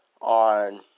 On